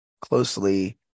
closely